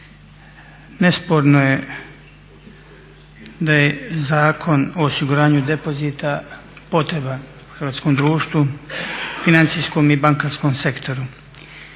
Nesporno je da je Zakon o osiguranju depozita potreban hrvatskom društvu, financijskom i bankarskom sektoru,